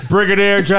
Brigadier